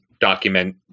document